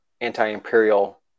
anti-imperial